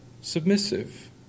submissive